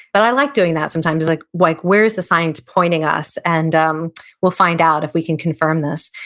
but i like doing that sometimes. it's like like, where is the science pointing us, and um we'll find out if we can confirm this.